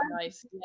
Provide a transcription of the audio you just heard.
nice